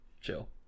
Chill